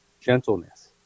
gentleness